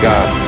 God